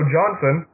Johnson